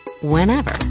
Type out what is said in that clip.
Whenever